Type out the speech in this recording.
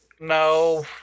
No